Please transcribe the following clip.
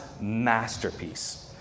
masterpiece